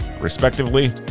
respectively